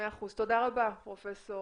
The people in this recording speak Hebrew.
תודה רבה, פרופ'